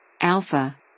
Alpha